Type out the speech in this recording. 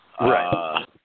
Right